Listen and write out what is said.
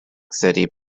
city